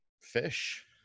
fish